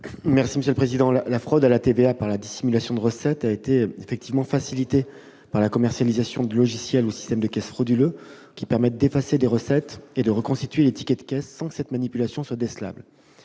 l'avis du Gouvernement ? La fraude à la TVA par la dissimulation de recettes a été effectivement facilitée par la commercialisation de logiciels ou systèmes de caisse frauduleux, qui permettent d'effacer des recettes et de reconstituer les tickets de caisse sans que cette manipulation soit décelable.